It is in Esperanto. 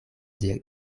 diri